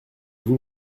vous